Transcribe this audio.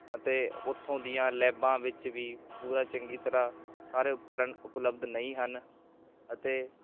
ਅਤੇ ਉੱਥੋਂ ਦੀਆਂ ਲੈਬਾਂ ਵਿੱਚ ਵੀ ਪੂਰਾ ਚੰਗੀ ਤਰ੍ਹਾਂ ਸਾਰੇ ਉਪਕਰਣ ਉਪਲਬਧ ਨਹੀਂ ਹਨ ਅਤੇ